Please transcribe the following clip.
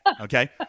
okay